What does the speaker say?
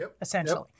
essentially